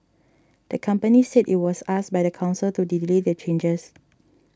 the company said it was asked by the council to delay the changes